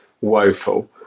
woeful